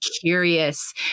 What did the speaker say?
curious